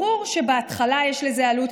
ברור שבהתחלה יש לזה עלות,